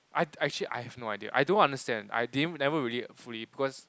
I I actually I have no idea I don't understand I didn't never really fully because